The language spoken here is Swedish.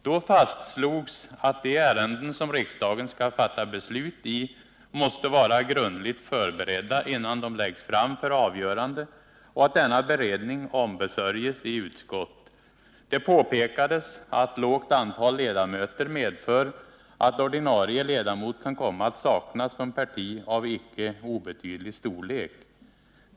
Då fastslogs att de ärenden som riksdagen skall fatta beslut om måste vara grundligt förberedda innan de läggs fram för avgörande och att denna beredning ombesörjs i utskott. Det påpekades att lågt antal ledamöter medför att ordinarie ledamot kan komma att saknas från parti av icke obetydlig storlek.